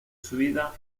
subida